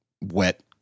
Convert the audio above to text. wet